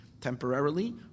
temporarily